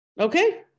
Okay